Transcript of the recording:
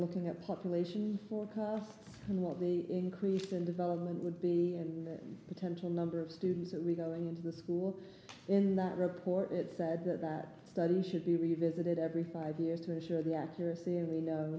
looking at population for costs and what the increase in development would be and the potential number of students are we going into the school in that report it said that that study should be revisited every five years to assure the accuracy